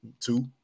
two